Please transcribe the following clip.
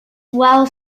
well